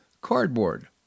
cardboard